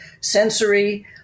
sensory